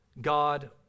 God